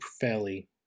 fairly